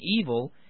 evil